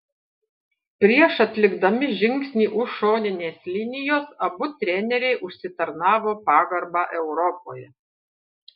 prieš atlikdami žingsnį už šoninės linijos abu treneriai užsitarnavo pagarbą europoje